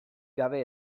gabe